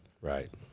Right